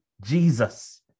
Jesus